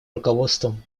руководством